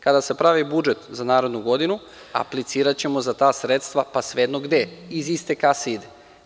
Kada se pravi budžet za narednu godinu, apliciraćemo za ta sredstva pa svejedno gde, iz iste kase ide.